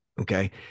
Okay